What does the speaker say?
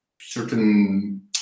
certain